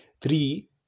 three